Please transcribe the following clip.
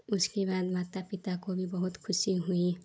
उसके बाद माता पिता को भी बहुत ख़ुशी हुई